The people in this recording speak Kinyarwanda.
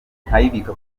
nkayibika